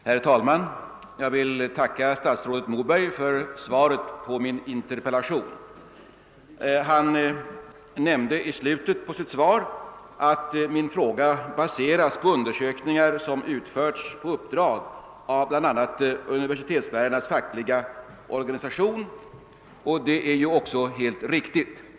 Herr talman! Jag vill tacka statsrådet Moberg för svaret på min interpellation. Statsrådet nämnde i slutet av sitt svar att min fråga »baseras på undersökningar som utförts på uppdrag av bl.a. universitetslärarnas fackliga organisation«, och det är helt riktigt.